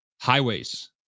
highways